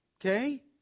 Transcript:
okay